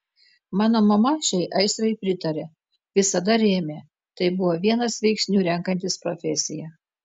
mano mama šiai aistrai pritarė visada rėmė tai buvo vienas veiksnių renkantis profesiją